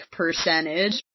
percentage